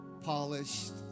polished